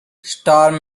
storm